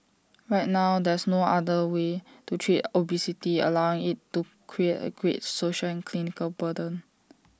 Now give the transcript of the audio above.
right now there's no other way to treat obesity allowing IT to create A great social and clinical burden